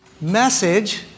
message